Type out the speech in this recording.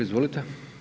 Izvolite.